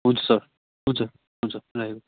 हुन्छ सर हुन्छ हुन्छ राखेको